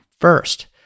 first